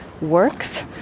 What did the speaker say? works